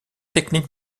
technique